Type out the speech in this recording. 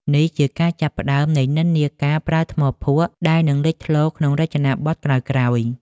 នេះជាការចាប់ផ្តើមនៃនិន្នាការប្រើថ្មភក់ដែលនឹងលេចធ្លោក្នុងរចនាបថក្រោយៗ។